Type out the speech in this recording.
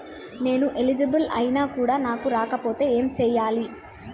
నేను ఎలిజిబుల్ ఐనా కూడా నాకు రాకపోతే ఏం చేయాలి?